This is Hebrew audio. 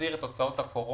שמחזיר את הוצאות הקורונה